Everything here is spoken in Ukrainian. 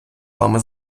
вами